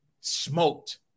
smoked